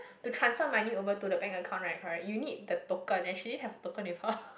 to transfer money over to the bank account right correct you need the token and she didn't have the token with her